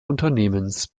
unternehmens